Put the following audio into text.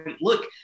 look